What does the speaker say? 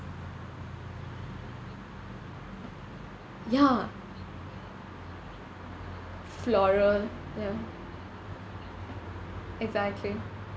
ya floral ya exactly